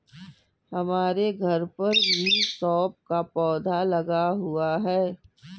हमारे घर पर भी सौंफ का पौधा लगा हुआ है